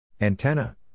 Antenna